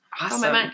awesome